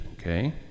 okay